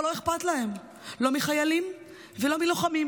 אבל לא אכפת להם לא מחיילים ולא מלוחמים.